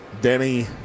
Denny